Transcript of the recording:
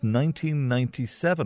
1997